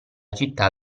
città